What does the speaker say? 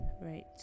right